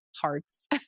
hearts